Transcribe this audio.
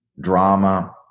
drama